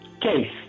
case